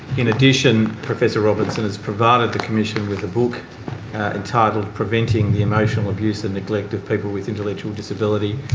in addition, professor robinson has provided the commission with a book entitled preventing the emotional abuse and neglect of people with intellectual disability,